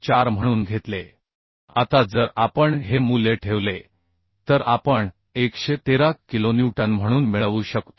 4 म्हणून घेतले आता जर आपण हे मूल्य ठेवले तर आपण 113 किलोन्यूटन म्हणून मिळवू शकतो